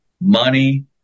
money